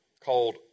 called